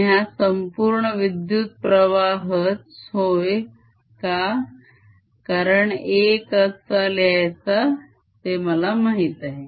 आणि हा संपूर्ण विद्युत प्रवाहच होय का कारण A कसा लिहायचा ते मला माहित आहे